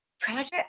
Project